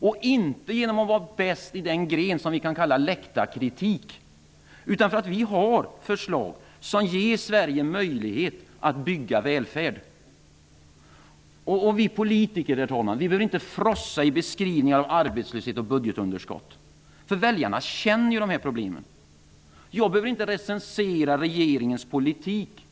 Vi gör det inte genom att vara bäst i den gren som vi kan kalla läktarkritik utan genom att vi har förslag som ger Sverige möjlighet att bygga välfärd. Herr talman! Vi politiker behöver inte frossa i beskrivningar av arbetslöshet och budgetunderskott. Väljarna känner till de problemen. Jag behöver inte recensera regeringens politik.